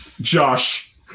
Josh